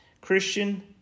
Christian